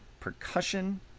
percussion